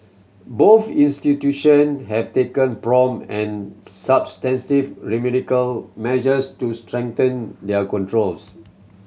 both institution have taken prompt and substantive remedial measures to strengthen their controls